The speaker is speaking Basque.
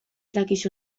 dakizu